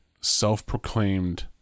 self-proclaimed